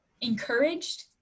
encouraged